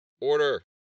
Order